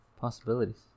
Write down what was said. Possibilities